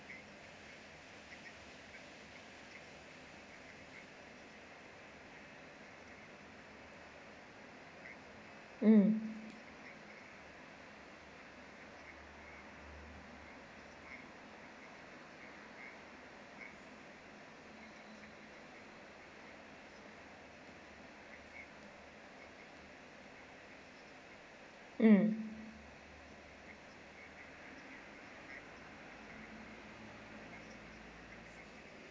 mm mm